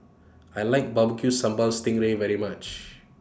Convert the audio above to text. I like Barbecue Sambal Sting Ray very much